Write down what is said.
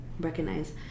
recognize